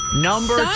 Number